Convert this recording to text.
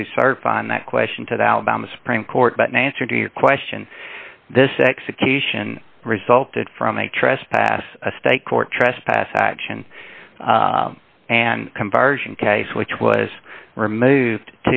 to serve on that question to the alabama supreme court but no answer to your question this execution result it from a trespass a state court trespass action and conversion case which was removed